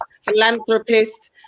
philanthropist